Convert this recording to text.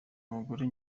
umugore